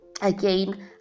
again